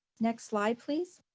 next slide, please.